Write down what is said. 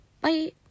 Bye